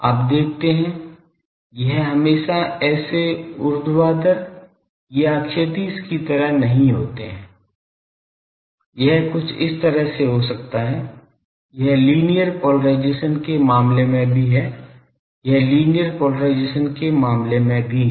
आप देखते हैं यह हमेशा ऐसे ऊर्ध्वाधर या क्षैतिज की तरह नहीं होते हैं यह कुछ इस तरह से हो सकता है यह लीनियर पोलराइजेशन के मामले में भी है यह लीनियर पोलराइजेशन के मामले में भी है